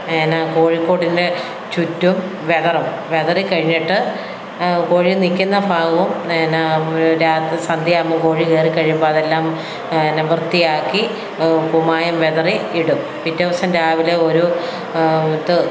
പിന്നെ കോഴിക്കൂട്ടിനു ചുറ്റും വിതറും വിതറി കഴിഞ്ഞിട്ട് കോഴി നിൽക്കുന്ന ഭാഗവും പിന്നെ രാത്രി സന്ധ്യയാകുമ്പോൾ കോഴി കയറി കഴിയുമ്പോൾ അതെല്ലാം പിന്നെ വൃത്തിയാക്കി കുമ്മായം വിതറി ഇടും പിറ്റേ ദിവസം രാവിലെ ഒരു ഇത്